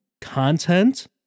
content